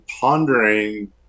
pondering